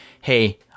hey